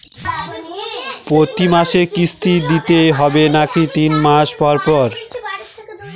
প্রতিমাসে কিস্তি দিতে হবে নাকি তিন মাস পর পর?